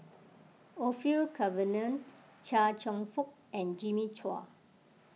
Orfeur Cavenagh Chia Cheong Fook and Jimmy Chua